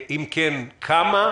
אם כן כמה,